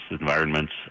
environments